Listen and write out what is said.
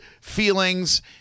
feelings